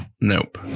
Nope